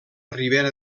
ribera